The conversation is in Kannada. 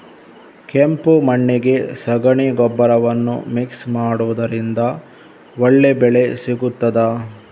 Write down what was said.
ಕೆಂಪು ಮಣ್ಣಿಗೆ ಸಗಣಿ ಗೊಬ್ಬರವನ್ನು ಮಿಕ್ಸ್ ಮಾಡುವುದರಿಂದ ಒಳ್ಳೆ ಬೆಳೆ ಸಿಗುತ್ತದಾ?